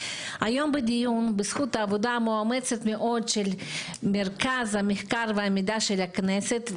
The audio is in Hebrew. היום בדיון בזכות העבודה המאומצת מאוד של מרכז המחקר והמידע של הכנסת,